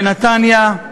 בנתניה,